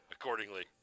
accordingly